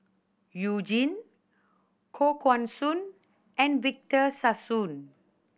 You Jin Koh Guan Song and Victor Sassoon